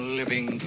living